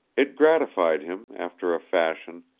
it gratified him, after a fashion,